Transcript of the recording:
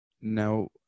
Now